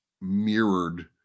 mirrored